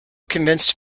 convinced